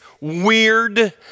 weird